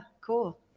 cool